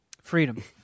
freedom